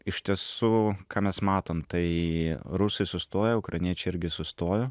iš tiesų ką mes matom tai rusai sustojo ukrainiečiai irgi sustojo